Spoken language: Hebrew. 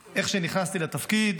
איך שנכנסתי לתפקיד.